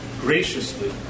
graciously